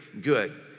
good